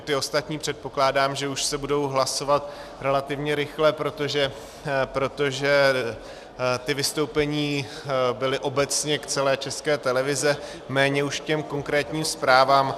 Ty ostatní, předpokládám, že už se budou hlasovat relativně rychle, protože ta vystoupení byla obecně k celé České televizi, méně už k těm konkrétním zprávám.